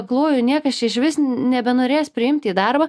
aklųjų niekas čia išvis nebenorės priimti į darbą